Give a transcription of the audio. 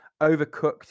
Overcooked